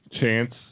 chance